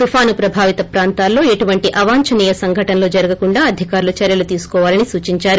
తుఫాను ప్రభావిత ప్రాంతాల్లో ఎటువంటి అవాంఛనీయ సంఘటనలు జరగ కుండా అధికారులు చర్యలు తీసుకోవాలని సూచించారు